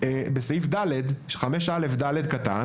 בסעיף 5(א)(ד),